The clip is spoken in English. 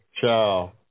Ciao